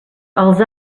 els